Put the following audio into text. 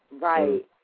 right